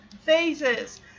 phases